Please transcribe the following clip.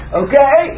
okay